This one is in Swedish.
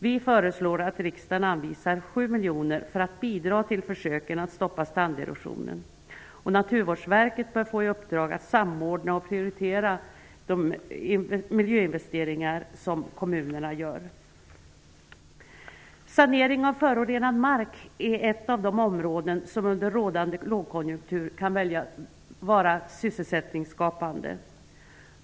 Vi föreslår att riksdagen anvisar 7 miljoner kronor för att bidra till försöken att stoppa stranderosionen. Naturvårdsverket bör få i uppdrag att samordna och prioritera de miljöinvesteringar som görs av kommunerna. Sanering av förorenad mark är ett av de områden som under rådande lågkonjunktur kan verka sysselsättningsskapande.